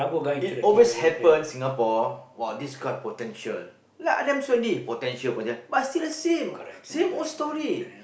it always happen Singapore !wah! this club potential like potential potential but still the same same old story